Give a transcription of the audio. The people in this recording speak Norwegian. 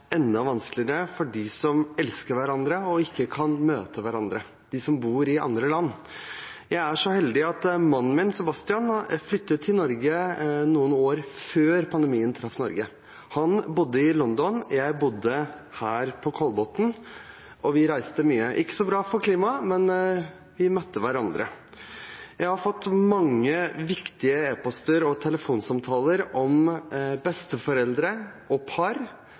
som elsker hverandre og ikke kan møte hverandre – de som bor i andre land. Jeg er så heldig at mannen min, Sebastian, flyttet til Norge noen år før pandemien traff Norge. Han bodde i London, jeg bodde her, på Kolbotn, og vi reiste mye – ikke så bra for klimaet, men vi møtte hverandre. Jeg har fått mange viktige e-poster og telefonsamtaler om besteforeldre og par